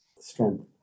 strength